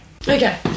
Okay